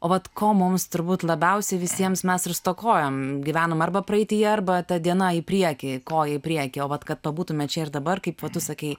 vat ko mums turbūt labiausiai visiems mes ir stokojom gyvenam arba praeityje arba ta diena į priekį koją į priekį o vat kad pabūtume čia ir dabar kaip va tu sakei